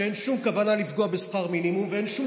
שאין שום כוונה לפגוע בשכר מינימום ואין שום